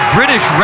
British